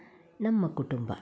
ನಮ್ಮ ಕುಟುಂಬ